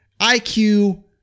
IQ